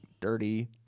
dirty